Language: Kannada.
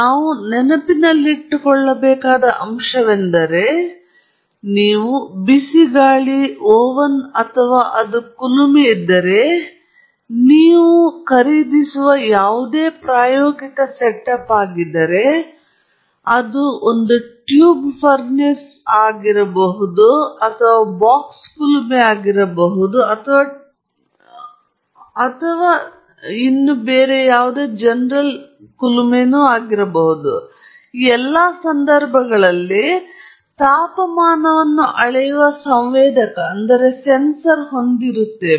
ನಾವು ನೆನಪಿನಲ್ಲಿಟ್ಟುಕೊಳ್ಳಬೇಕಾದ ಅಂಶವೆಂದರೆ ನೀವು ಬಿಸಿ ಗಾಳಿ ಒವನ್ ಅಥವಾ ಅದು ಕುಲುಮೆಯಿದ್ದರೆ ನೀವು ಖರೀದಿಸುವ ಯಾವುದೇ ಪ್ರಾಯೋಗಿಕ ಸೆಟಪ್ ಆಗಿದ್ದರೆ ಇದು ಒಂದು ಟ್ಯೂಬ್ ಫರ್ನೇಸ್ ಆಗಿದ್ದು ಬಾಕ್ಸ್ ಕುಲುಮೆ ಅಥವಾ ಟ್ಯೂಬ್ ಫರ್ನೇಸ್ ಆಗಿರಬಹುದು ಈ ಎಲ್ಲಾ ಸಂದರ್ಭಗಳಲ್ಲಿ ಅವರು ತಾಪಮಾನವನ್ನು ಅಳೆಯುವ ಸಂವೇದಕವನ್ನು ಹೊಂದಿದ್ದಾರೆ